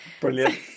Brilliant